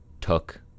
took